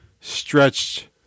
stretched